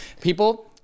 people